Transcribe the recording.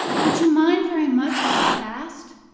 would you mind very much if i passed?